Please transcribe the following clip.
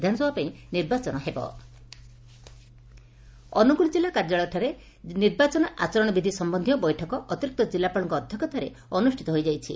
ବିଧାନସଭାରେ ନିର୍ବାଚନ ହେବ ଆଚରଣ ବିଧ ଅନୁଗୁଳ ଜିଲ୍ଲା କାର୍ଯ୍ୟାଳୟଠାରେ ନିର୍ବାଚନ ଆଚରଣ ବିଧି ସମ୍ୟକ୍ଷୀୟ ବୈଠକ ଅତିରିକ୍ତ ଜିଲ୍ଲାପାଳଙ୍କ ଅଧ୍ୟକ୍ଷତାରେ ଅନୁଷ୍ଠିତ ହୋଇଯାଇଛି